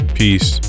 peace